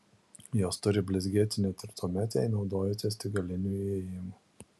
jos turi blizgėti net ir tuomet jei naudojatės tik galiniu įėjimu